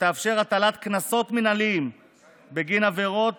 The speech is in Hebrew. שתאפשר הטלת קנסות מינהליים בגין עבירות